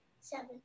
seven